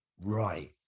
right